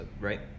right